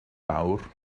fawr